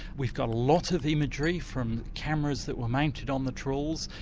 we've got a lot of imagery from cameras that were mounted on the trawls,